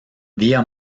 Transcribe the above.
villa